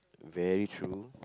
very true